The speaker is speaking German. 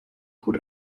gut